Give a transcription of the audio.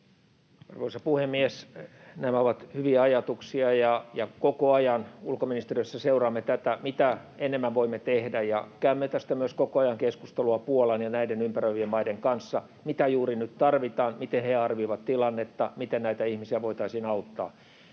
Arvoisa puhemies! Nämä ovat hyviä ajatuksia, ja koko ajan ulkoministeriössä seuraamme tätä, mitä voimme tehdä enemmän. Käymme myös koko ajan keskustelua Puolan ja näiden ympäröivien maiden kanssa tästä, mitä juuri nyt tarvitaan, miten he arvioivat tilannetta, miten näitä ihmisiä voitaisiin auttaa.